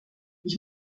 ich